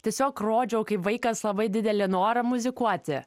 tiesiog rodžiau kaip vaikas labai didelį norą muzikuoti